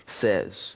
says